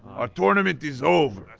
our tournament is over.